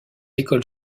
école